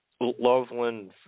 Loveland